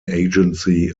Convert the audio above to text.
agency